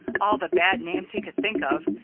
all the bad names he could think of,